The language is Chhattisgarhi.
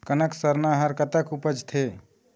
कनक सरना हर कतक उपजथे?